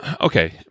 okay